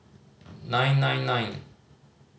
nine nine nine